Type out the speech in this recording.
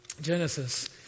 Genesis